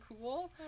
cool